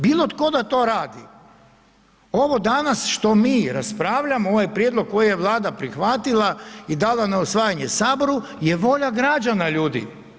Bilo tko da to radi, ovo danas što mi raspravljamo, ovaj prijedlog koji je Vlada prihvatila i dala na usvajanje Saboru je volja građana, ljudi.